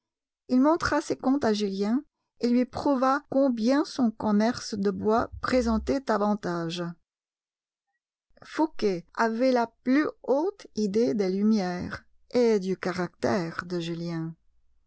il montra ses comptes à julien et lui prouva combien son commerce de bois présentait d'avantages fouqué avait la plus haute idée des lumières et du caractère de julien